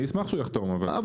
אני אשמח שהוא יחתום.